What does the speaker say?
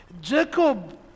Jacob